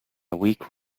weak